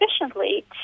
efficiently